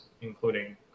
including